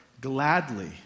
gladly